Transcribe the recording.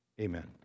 Amen